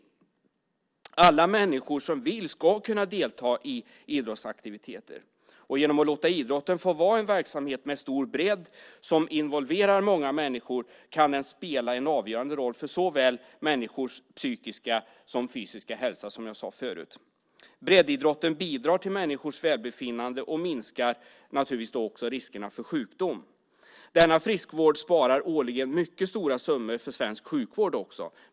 Alla som vill ska kunna delta i idrottsaktiviteter. Genom att låta idrotten få vara en verksamhet med stor bredd som involverar många människor kan den spela en avgörande roll för människors psykiska och fysiska hälsa, som jag sade förut. Breddidrotten bidrar till människors välbefinnande och minskar naturligtvis riskerna för sjukdom. Denna friskvård sparar årligen mycket stora summor för svensk sjukvård.